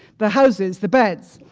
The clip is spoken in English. the houses, the beds,